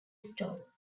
store